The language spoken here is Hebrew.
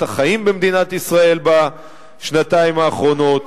החיים במדינת ישראל בשנתיים האחרונות.